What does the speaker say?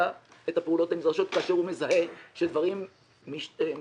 את הפעולות הנדרשות כאשר הוא מזהה שדברים מתעכבים,